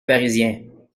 parisiens